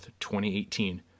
2018